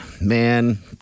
man